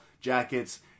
jackets